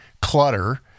clutter